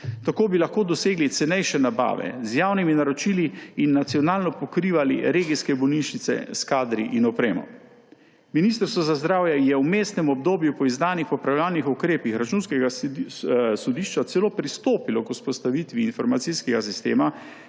Tako bi lahko dosegli cenejše nabave, z javnimi naročili in nacionalno pokrivali regijske bolnišnice s kadri in opremo. Ministrstvo za zdravje je v vmesnem obdobju po izdanih popravljalnih ukrepih Računskega sodišča celo pristopilo k vzpostavitvi informacijskega sistema,